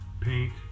paint